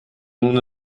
nun